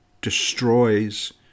destroys